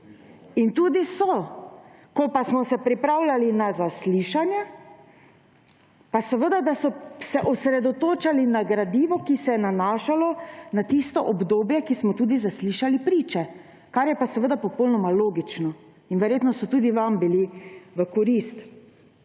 In tudi so. Ko pa smo se pripravljali na zaslišanje, pa seveda, da so se osredotočali na gradivo, ki se je nanašalo na tisto obdobje, o katerem smo tudi zaslišali priče, kar je pa seveda popolnoma logično. In verjetno so tudi vam bili v korist.